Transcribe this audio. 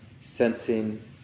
sensing